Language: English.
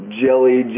jelly